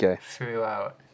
Throughout